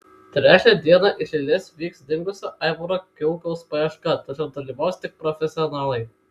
trečią dieną iš eilės vyks dingusio aivaro kilkaus paieška tačiau dalyvaus tik profesionalai